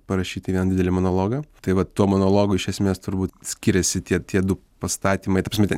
parašyti vieną didelį monologą tai va tuo monologu iš esmės turbūt skiriasi tie tie du pastatymai ta prasme ten